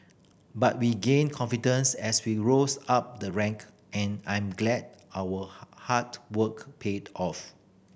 but we gained confidence as we rose up the rank and I'm glad our hard work paid off